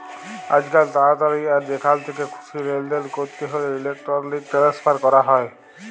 আইজকাল তাড়াতাড়ি আর যেখাল থ্যাকে খুশি লেলদেল ক্যরতে হ্যলে ইলেকটরলিক টেনেসফার ক্যরা হয়